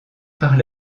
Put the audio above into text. par